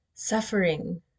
suffering